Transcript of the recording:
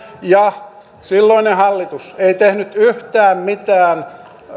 ja silloinen hallitus ei tehnyt yhtään mitään